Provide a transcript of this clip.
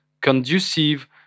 conducive